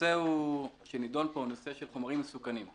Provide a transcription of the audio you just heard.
הנושא שנדון פה הוא נושא של חומרים מסוכנים.